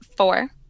Four